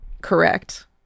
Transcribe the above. correct